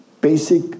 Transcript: basic